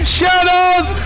shadows